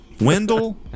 Wendell